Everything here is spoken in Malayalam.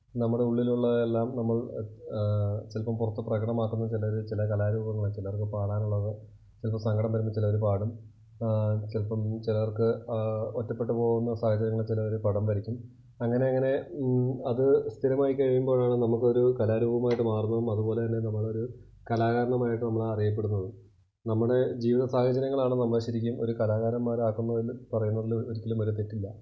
നമ്മടെ ഉള്ളിലുള്ള എല്ലാം നമ്മള് ചിലപ്പം പുറത്ത് പ്രകടമാക്കുന്ന ചിലർ ചില കലാരൂപങ്ങൾ ചിലര്ക്ക് പാടാൻ ഉള്ളത് ചിലപ്പം സങ്കടം വരുമ്പോൾ ചിലവർ പാടും ചിലപ്പം ചിലവര്ക്ക് ഒറ്റപ്പെട്ടു പോവുന്ന സാഹചര്യങ്ങളില് ചിലവർ പടം വരയ്ക്കും അങ്ങനെ അങ്ങനെ അത് സ്ഥിരമായി കഴിയുമ്പോഴാണ് നമ്മൾക്ക് ഒരു കലാരൂപമായിട്ട് മാറുന്നതും അതുപോലെ തന്നെ നമ്മൾ ഒരു കലാകാരനുമായിട്ട് നമ്മൾ ആ അറിയപ്പെടുന്നതും നമ്മുടെ ജീവിത സാഹചര്യങ്ങളാണ് നമ്മളെ ശരിക്കും ഒരു കലാകാരന്മാരാക്കുന്നു എന്നു പറയുന്നതിൽ ഒരിക്കലും ഒരു തെറ്റില്ല